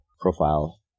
profile